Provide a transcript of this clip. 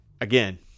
again